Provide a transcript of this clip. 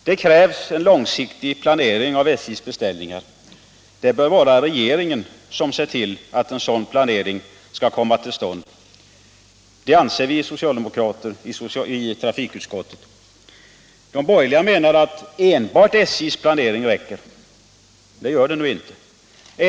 Det krävs en långsiktig planering av SJ:s beställningar. Regeringen bör se till att en sådan planering kommer till stånd. Det anser vi socialdemokrater i trafikutskottet. De borgerliga menar att enbart SJ:s planering räcker. Det gör den inte.